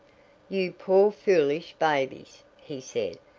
you poor foolish babies! he said.